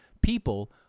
people